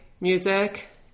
music